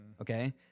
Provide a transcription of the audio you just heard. okay